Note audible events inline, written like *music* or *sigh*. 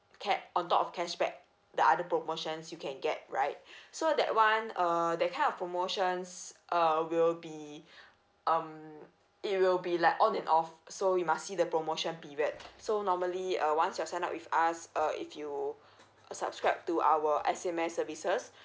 cat~ on top of cashback the other promotions you can get right *breath* so that one uh that kind of promotions uh will be *breath* um it will be like on and off so you must see the promotion period so normally uh once you have sign up with us uh if you *breath* uh subscribe to our S_M_S services